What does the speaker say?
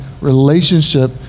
relationship